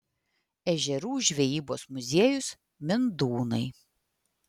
ežerų žvejybos muziejus mindūnai